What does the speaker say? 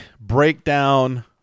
breakdown